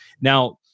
Now